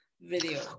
video